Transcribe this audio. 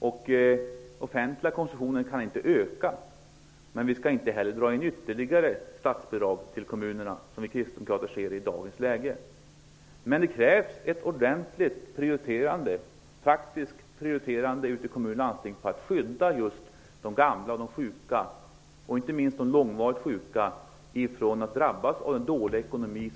Den offentliga konsumtionen kan inte öka, men vi skall inte heller dra in ytterligare statsbidrag till kommunerna. Det anser kristdemokraterna i dagens läge. Men det krävs ett ordentligt, praktiskt prioriterande för att skydda just de gamla och sjuka, inte minst de långvarigt sjuka, från att drabbas av Sveriges dåliga ekonomi.